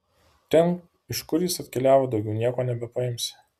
ten iš kur jis atkeliavo daugiau nieko nebepaimsi